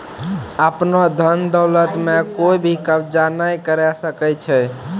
आपनो धन दौलत म कोइ भी कब्ज़ा नाय करै सकै छै